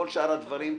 כל שאר הדברים,